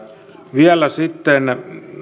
vielä sitten